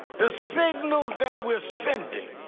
the signals that we're sending